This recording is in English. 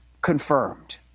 confirmed